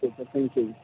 ਠੀਕ ਹੈ thank you ਜੀ